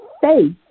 faith